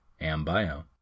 ambio